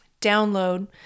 download